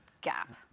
gap